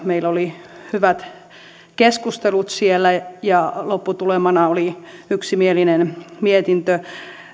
meillä oli hyvät keskustelut siellä ja lopputulemana oli yksimielinen mietintö